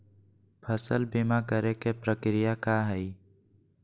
फसल बीमा करे के प्रक्रिया का हई?